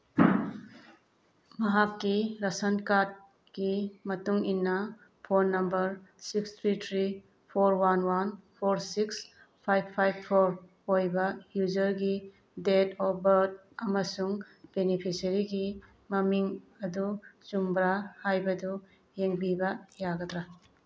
ꯃꯍꯥꯛꯀꯤ ꯔꯁꯟ ꯀꯥꯔꯠꯀꯤ ꯃꯇꯨꯡ ꯏꯟꯅ phone number six three three four one one four six five five four ꯑꯣꯏꯕ ꯌꯨꯖꯔꯒꯤ ꯗꯦꯠ ꯑꯣꯐ ꯕ꯭ꯔꯠ ꯑꯃꯁꯨꯡ ꯕꯦꯅꯤꯐꯤꯁꯔꯤꯒꯤ ꯃꯃꯤꯡ ꯑꯗꯨ ꯆꯨꯝꯕ꯭ꯔꯥ ꯍꯥꯏꯕꯗꯨ ꯌꯦꯡꯕꯤꯕ ꯌꯥꯒꯗ꯭ꯔꯥ